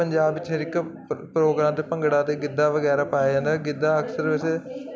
ਪੰਜਾਬ 'ਚ ਹਰ ਇੱਕ ਪ੍ਰੋਗਰਾਮ ਤੇ ਭੰਗੜਾ ਤੇ ਗਿੱਦਾ ਵਗੈਰਾ ਪਾਇਆ ਜਾਂਦਾ ਗਿੱਧਾ ਅਕਸਰ ਕਿਸੇ